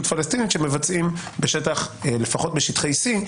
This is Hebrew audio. פלסטינית שמבצעים שריפת פסולת לפחות בשטחי C,